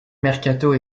mercato